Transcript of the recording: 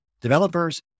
developers